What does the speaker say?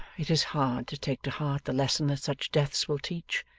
it is hard to take to heart the lesson that such deaths will teach,